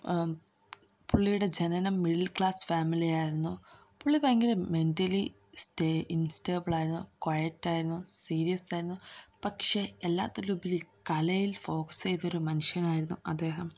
പുള്ളിയുടെ ജനനം middle class family ആയിരുന്നു പുള്ളി ഭയങ്കര മെൻറ്റലി സ്റ്റെ ഇൻസ്റ്റേബിളായിരുന്നു കൊയറ്റായിരുന്നു സീരിയസ്സായിരുന്നു പക്ഷെ എല്ലാത്തിലുപരി കലയിൽ ഫോക്കസ് ചെയ്തൊരു മനുഷ്യനായിരുന്നു അദ്ദേഹം